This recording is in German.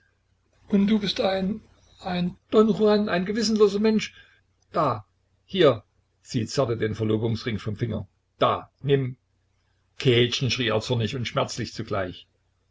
und du bist ein ein don juan ein gewissenloser mensch da hier sie zerrte den verlobungsring vom finger da nimm käthchen schrie er zornig und schmerzlich zugleich